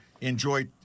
enjoy